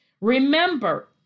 Remember